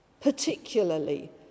particularly